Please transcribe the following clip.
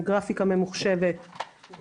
גרפיקה ממוחשבת,